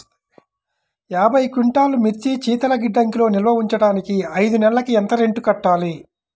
యాభై క్వింటాల్లు మిర్చి శీతల గిడ్డంగిలో నిల్వ ఉంచటానికి ఐదు నెలలకి ఎంత రెంట్ కట్టాలి?